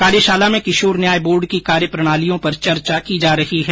कार्यशाला में किशोर न्याय बोर्ड की कार्यप्रणालियों पर चर्चा की जा रही है